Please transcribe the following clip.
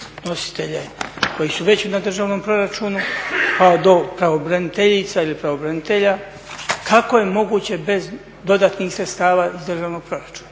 nositelje koji su već na državnom proračunu, pa do pravobraniteljica ili pravobranitelja kako je moguće bez dodatnih sredstava iz državnog proračuna?